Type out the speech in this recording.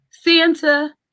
Santa